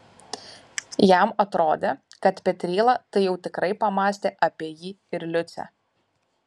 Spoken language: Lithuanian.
jam atrodė kad petryla tai jau tikrai pamąstė apie jį ir liucę